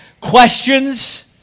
questions